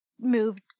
moved